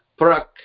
prak